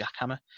jackhammer